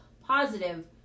positive